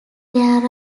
there